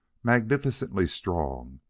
magnificently strong,